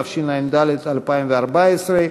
התשע"ד,2014,